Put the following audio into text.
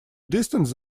distance